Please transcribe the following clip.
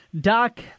Doc